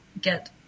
get